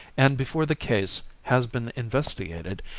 and before the case has been investigated,